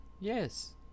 Yes